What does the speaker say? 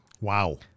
Wow